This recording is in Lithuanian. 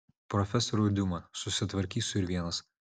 profesoriau diuma susitvarkysiu ir vienas